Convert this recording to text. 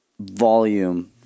volume